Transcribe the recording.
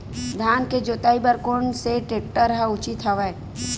धान के जोताई बर कोन से टेक्टर ह उचित हवय?